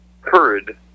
heard